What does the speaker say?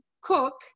cook